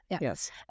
Yes